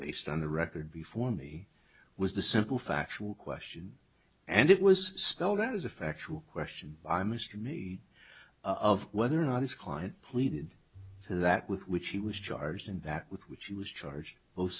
based on the record before me was the simple factual question and it was still that is a factual question by mr me of whether or not his client pleaded that with which he was charged and that with which he was charged both